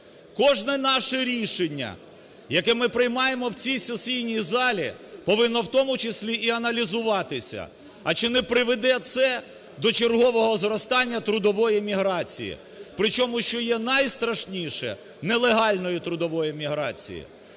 Кожне наше рішення, яке ми приймаємо в цій сесійній залі повинно, в тому числі, і аналізуватися, а чи не приведе це до чергового зростання трудової міграції, причому, що є найстрашніше, нелегальної трудової міграції?